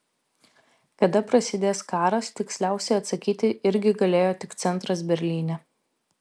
kada prasidės karas tiksliausiai atsakyti irgi galėjo tik centras berlyne